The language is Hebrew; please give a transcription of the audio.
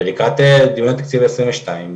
ולקראת דיוני התקציב 2022,